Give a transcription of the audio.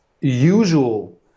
usual